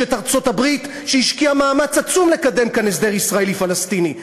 יש ארצות-הברית שהשקיעה מאמץ עצום לקדם כאן הסדר ישראלי פלסטיני.